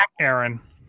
Aaron